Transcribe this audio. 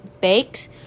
bakes